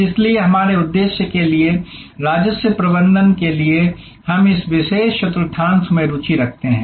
इसलिए हमारे उद्देश्य के लिए राजस्व प्रबंधन के लिए हम इस विशेष चतुर्थांश में रुचि रखते हैं